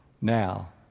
now